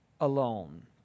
alone